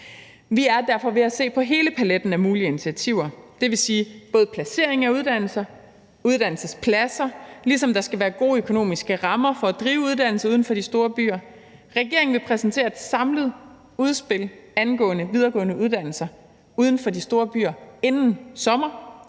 Vi er derfor ved at se på hele paletten af mulige initiativer, det vil sige både placeringen af uddannelser og uddannelsespladser, ligesom der skal være gode økonomiske rammer for at drive uddannelse uden for de store byer. Regeringen vil præsentere et samlet udspil angående videregående uddannelser uden for de store byer inden sommer